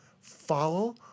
Follow